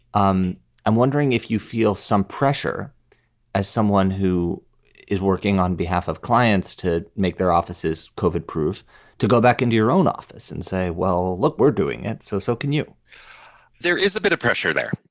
um i'm wondering if you feel some pressure as someone who is working on behalf of clients to make their offices covered, prove to go back into your own office and say, well, look, we're doing it. so so can you there is a bit of pressure there.